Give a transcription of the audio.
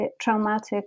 traumatic